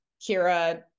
Kira